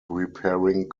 repairing